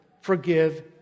forgive